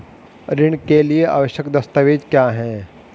ऋण के लिए आवश्यक दस्तावेज क्या हैं?